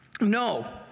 No